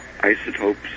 isotopes